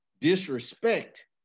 disrespect